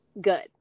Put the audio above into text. good